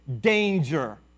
danger